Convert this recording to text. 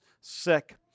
sick